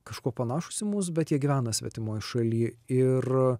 kažkuo panašūs į mus bet jie gyvena svetimoj šaly ir